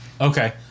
Okay